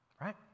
right